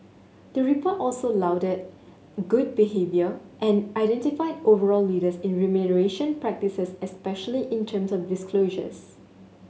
the report also lauded good behaviour and identified overall leaders in remuneration practices especially in terms of disclosure